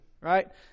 Right